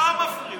אתה מפריע.